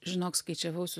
žinok skaičiavau su